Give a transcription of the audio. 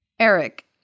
Eric